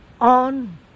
on